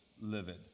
livid